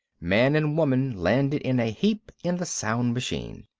man and woman landed in a heap in the sound machine.